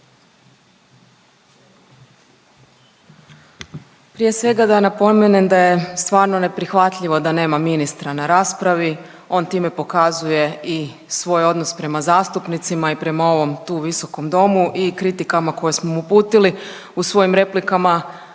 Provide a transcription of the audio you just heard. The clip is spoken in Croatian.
Prije svega da napomenem da je stvarno neprihvatljivo da nema ministra na raspravi. On time pokazuje i svoj odnos prema zastupnicima i prema ovom tu visokom domu i kritikama koje smo mu uputili u svojim replikama.